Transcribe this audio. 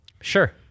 Sure